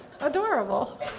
adorable